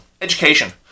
education